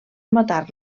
matar